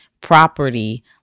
property